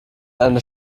einer